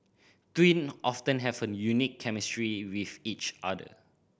twin often have a unique chemistry with each other